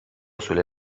sulle